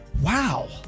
wow